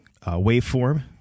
waveform